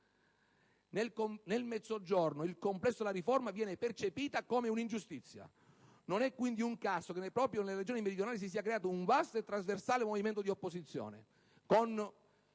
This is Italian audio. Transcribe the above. Nel Mezzogiorno il complesso della riforma viene percepito come un'ingiustizia. Non è quindi un caso che proprio nelle Regioni meridionali si sia creato un vasto e trasversale movimento di opposizione